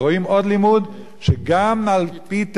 רואים עוד לימוד, שגם על פי תהום,